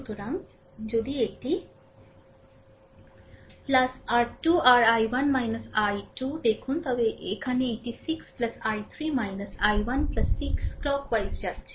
সুতরাং যদি এটি r2 rI1 I2 দেখুন তবে এখানে এটি 6 I3 I1 6 ঘড়ির কাঁটার দিকে চলে যাচ্ছে